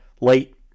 late